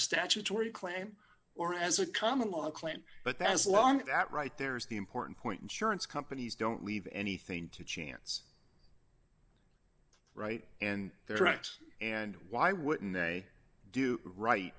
statutory claim or as a common law claim but that's along that right there is the important point insurance companies don't leave anything to chance right and they're right and why wouldn't they do right